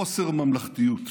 חוסר ממלכתיות.